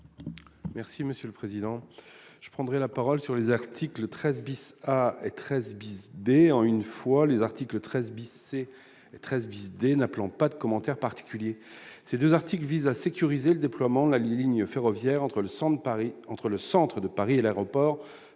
Merci monsieur le président, je prendrai la parole sur les articles 13 bis à 13 billets D ans une fois les articles 13 bisser 13 n'appelant pas de commentaire particulier ces 2 articles vise à sécuriser le déploiement de la ligne ferroviaire entre le centre de Paris, entre